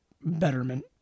betterment